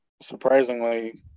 Surprisingly